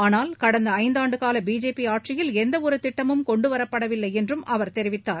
ஆனால் கடந்த ஐந்தாண்டுகால பிஜேபி ஆட்சியில் எந்த ஒரு திட்டமும் கொண்டு வரப்படவில்லை என்றும் அவர் தெரிவித்தார்